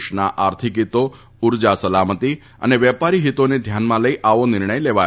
દેશના આર્થિક હિતો ઉર્જા સલામતી તથા વેપારી હિતોને ધ્યાનમાં લઈ આવો નિર્ણય લેવાયો છે